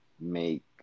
make